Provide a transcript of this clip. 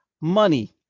money –